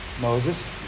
Moses